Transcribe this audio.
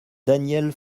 daniel